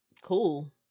Cool